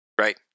Right